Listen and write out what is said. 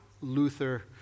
Luther